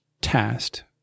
tasked